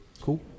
Cool